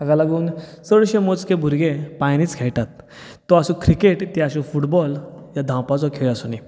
ताका लागून चडशे मोजके भुरगे पांयांनीच खेळटात तो आसूं क्रिकेट ते आशू फुटबॉल या धावपाचो खेळ आसुनी